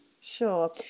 Sure